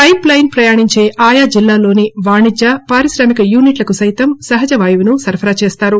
pipe line ప్రయాణించే ఆయా జిల్లాల్లోని వాణిజ్య పారిశ్రామిక యూనిట్లకు సైతం సహజ వాయువును సరఫరా చేస్తారు